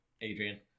Adrian